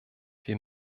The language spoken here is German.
wir